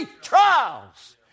trials